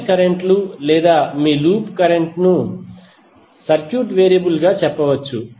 mesh current లు లేదా మీరు లూప్ కరెంట్ ను సర్క్యూట్ వేరియబుల్గా చెప్పవచ్చు